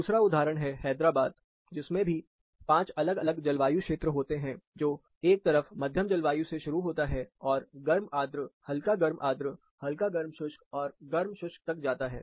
दूसरा उदाहरण है हैदराबाद जिसमें भी 5 अलग अलग जलवायु क्षेत्र होते है जो एक तरफ मध्यम जलवायु से शुरु होता है और गर्म आद्र हल्का गर्म आद्र हल्का गर्म शुष्क और गर्म शुष्क तक जाता है